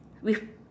with